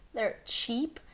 they're cheap,